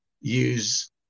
use